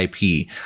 IP